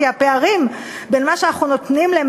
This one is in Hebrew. כי הפערים בין מה שאנחנו נותנים להם